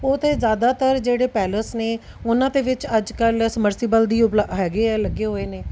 ਉਹ ਤਾਂ ਜ਼ਿਆਦਾਤਰ ਜਿਹੜੇ ਪੈਲਸ ਨੇ ਉਹਨਾਂ ਦੇ ਵਿੱਚ ਅੱਜ ਕੱਲ੍ਹ ਸਮਰਸੀਬਲ ਦੀ ਉਪ ਹੈਗੇ ਆ ਲੱਗੇ ਹੋਏ ਨੇ